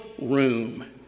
room